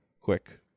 quick